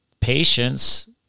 patience